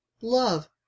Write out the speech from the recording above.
Love